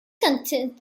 continuity